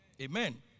Amen